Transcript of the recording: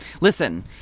Listen